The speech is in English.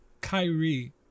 Kyrie